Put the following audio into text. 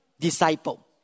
disciple